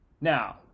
Now